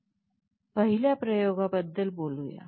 पहिल्या प्रयोगाबद्दल बोलूया